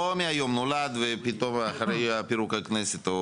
הוא לא נולד היום ופתאום אחרי פירוק הכנסת.